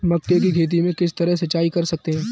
मक्के की खेती में किस तरह सिंचाई कर सकते हैं?